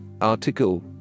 Article